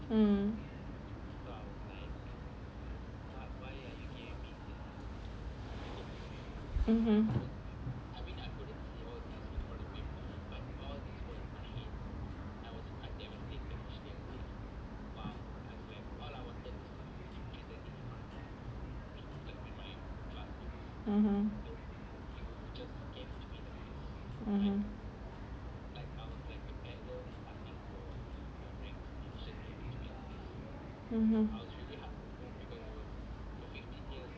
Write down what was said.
mm (uh huh)